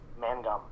Mangum